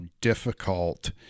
difficult